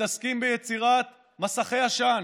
מתעסקים ביצירת מסכי עשן,